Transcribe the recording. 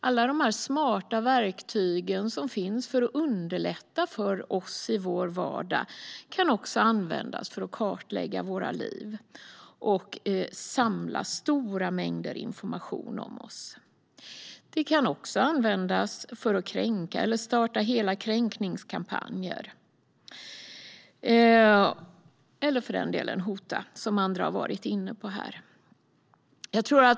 Alla de smarta verktyg som finns för att underlätta för oss i vår vardag kan också användas för att kartlägga våra liv och samla stora mängder information om oss. Det kan också användas för kränkningar eller för att starta kränkningskampanjer. Andra här har varit inne på att man också kan använda det för att hota.